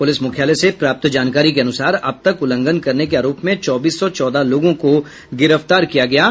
police मुख्यालय से प्राप्त जानकारी के अनुसार अब तक उल्लंघन करने के आरोप में चौबीस सौ चौदह लोगों को गिरफ्तार किया गया है